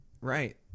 right